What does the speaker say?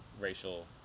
racial